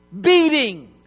beating